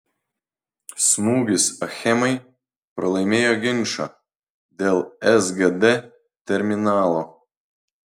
smūgis achemai pralaimėjo ginčą dėl sgd terminalo